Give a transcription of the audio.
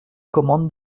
commandent